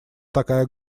такая